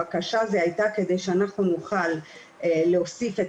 הבקשה הייתה כדי שאנחנו נוכל להוסיף את